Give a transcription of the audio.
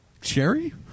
Sherry